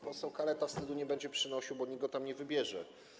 Poseł Kaleta wstydu nie będzie przynosił, bo nikt go tam nie wybierze.